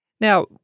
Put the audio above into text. Now—